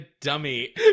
dummy